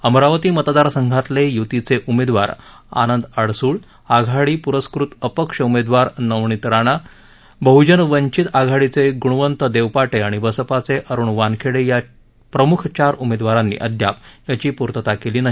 अमरावती मतदारसंघातले य्तीचे उमेदवार आनंद अडस्ळ आघाडी प्रस्कृत अपक्ष उमेदवार नवनीत राणा बहजन वंचित आघाडीचे ग्णवंत देवपाटे आणि बसपाचे अरुण वानखेडे या प्रम्ख चार उमेदवारांनी अद्याप याची पूर्तता केली नाही